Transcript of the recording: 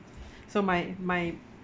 so my my